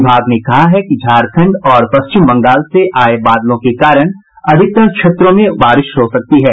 विभाग ने कहा है कि झारखंड और पश्चिम बंगाल से आये बादलों के कारण अधिकतर क्षेत्रों में बारिश हो सकती है